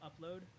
Upload